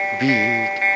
beat